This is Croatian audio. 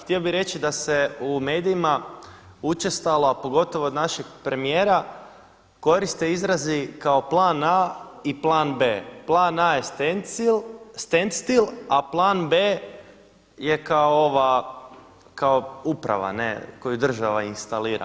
Htio bih reći da se u medijima učestalo, a pogotovo od našeg premijera koriste izrazi kao plan A i plan B. Plan A je standstill, a plan B je kao ova uprava koju država instalira.